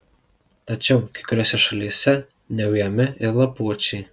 tačiau kai kuriose šalyse neujami ir lapuočiai